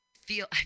feel